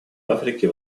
африки